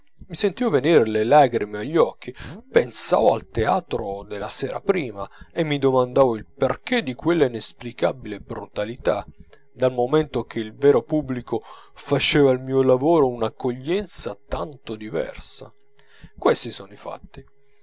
mi sentivo venir le lagrime agli occhi pensavo al teatro della sera prima e mi domandavo il perchè di quella inesplicabile brutalità dal momento che il vero pubblico faceva al mio lavoro una accoglienza tanto diversa questi sono i fatti